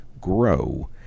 grow